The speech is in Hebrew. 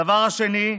הדבר השני,